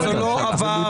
זה לא עבר.